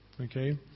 Okay